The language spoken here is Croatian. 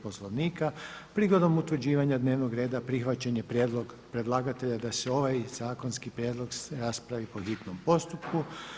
Poslovnika prigodom utvrđivanja dnevnog reda prihvaćen je prijedlog predlagatelja da se ovaj zakonski prijedlog raspravi po hitnom postupku.